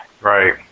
Right